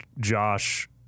Josh